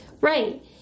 Right